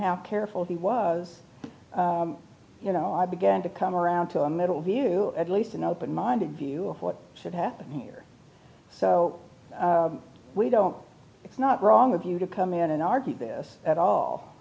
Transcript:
how careful he was you know i began to come around to a middle view at least an open minded view of what should happen here so we don't it's not wrong of you to come in and argue this at all